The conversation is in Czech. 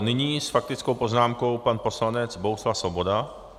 Nyní s faktickou poznámkou na poslanec Bohuslav Svoboda.